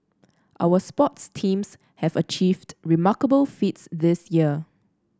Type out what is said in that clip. our sports teams have achieved remarkable feats this year